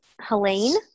Helene